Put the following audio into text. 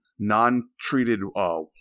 Non-treated